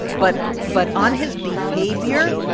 but ah but on his behavior,